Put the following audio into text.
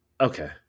Okay